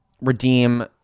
redeem